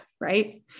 right